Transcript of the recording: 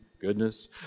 goodness